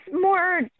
more